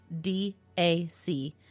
DAC